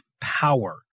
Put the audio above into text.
power